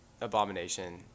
Abomination